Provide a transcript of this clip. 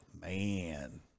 man